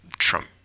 Trump